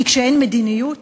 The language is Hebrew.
כי כשאין מדיניות,